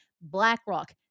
blackrock